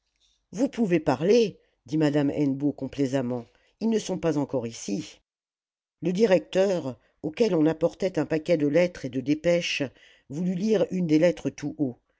vous pouvez parler dit madame hennebeau complaisamment ils ne sont pas encore ici le directeur auquel on apportait un paquet de lettres et de dépêches voulut lire une des lettres tout haut